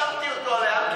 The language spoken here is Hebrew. שמתי אותו על הים,